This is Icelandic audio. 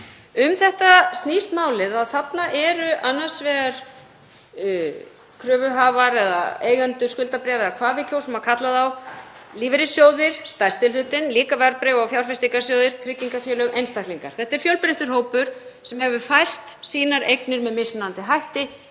Málið snýst um það að þarna eru annars vegar kröfuhafar, eigendur skuldabréfa, eða hvað við kjósum að kalla þá, lífeyrissjóðir eru stærsti hlutinn, líka verðbréfa- og fjárfestingarsjóðir, tryggingafélög og einstaklingar. Þetta er fjölbreyttur hópur sem hefur fært sínar eignir með mismunandi hætti,